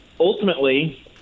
ultimately